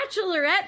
bachelorette